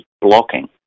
blocking